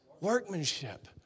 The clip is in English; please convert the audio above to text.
Workmanship